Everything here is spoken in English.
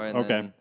okay